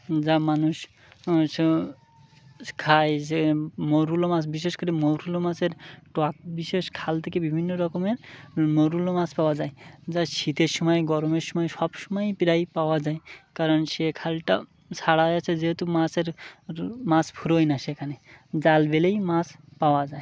যা মানুষ খায় যে মৌরলা মাছ বিশেষ করে মৌরলা মাছের টক বিশেষ খাল থেকে বিভিন্ন রকমের মৌরলা মাছ পাওয়া যায় যা শীতের সময় গরমের সময় সব সময়ই প্রায় পাওয়া যায় কারণ সে খালটা ছাড়াই আছে যেহেতু মাছের মাছ ফুরোয় না সেখানে জাল ফেললেই মাছ পাওয়া যায়